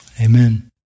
Amen